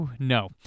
No